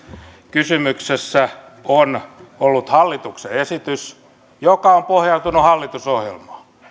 kysymyksessä on ollut hallituksen esitys joka on pohjautunut hallitusohjelmaan